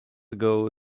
ago